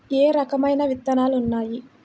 ఏ రకమైన విత్తనాలు ఉన్నాయి?